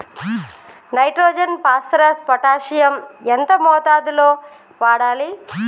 Nitrogen phosphorus potassium ఎంత మోతాదు లో వాడాలి?